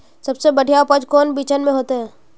सबसे बढ़िया उपज कौन बिचन में होते?